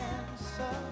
answer